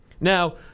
Now